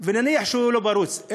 שהוא פרוץ לחלוטין.